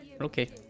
Okay